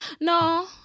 No